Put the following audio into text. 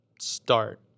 start